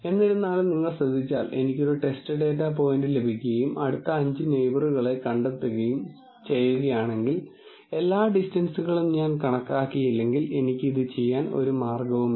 എന്നിരുന്നാലും നിങ്ങൾ ശ്രദ്ധിച്ചാൽ എനിക്ക് ഒരു ടെസ്റ്റ് ഡാറ്റാ പോയിന്റ് ലഭിക്കുകയും അടുത്ത 5 നെയിബറുകളെ കണ്ടെത്തുകയും ചെയ്യുകയാണെങ്കിൽ എല്ലാ ഡിസ്റ്റൻസുകളും ഞാൻ കണക്കാക്കിയില്ലെങ്കിൽ എനിക്ക് ഇത് ചെയ്യാൻ ഒരു മാർഗവുമില്ല